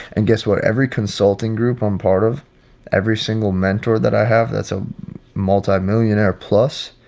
and guess what every consulting group, i'm part of every single mentor that i have. that's a multi millionaire plus,